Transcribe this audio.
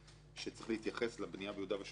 שצריך להתייחס לבנייה ביהודה ושומרון כפי